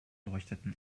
leuchteten